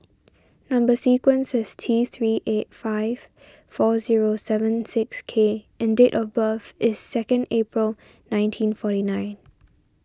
Number Sequence is T three eight five four zero seven six K and date of birth is second April nineteen forty nine